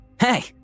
Hey